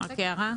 תודה.